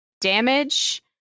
damage